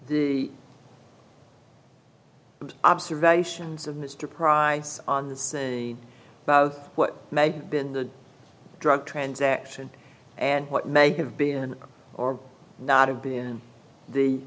the observations of mr price on this both what may have been the drug transaction and what may have been or not have been the